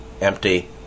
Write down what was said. empty